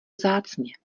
vzácně